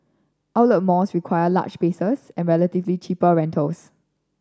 outlet malls require large spaces and relatively cheaper rentals